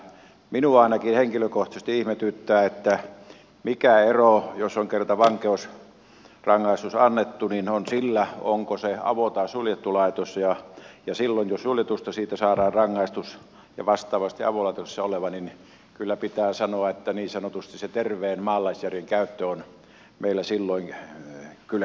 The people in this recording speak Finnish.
minua ainakin henkilökohtaisesti ihmetyttää mikä ero jos on kerta vankeusrangaistus annettu on sillä onko se avo tai suljettu laitos ja silloin jos suljetusta saadaan rangaistus ja vastaavasti on avolaitoksessa oleva niin kyllä pitää sanoa että niin sanotusti se terveen maalaisjärjen käyttö on meillä silloin kyllä kiellettyä